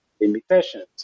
limitations